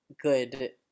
good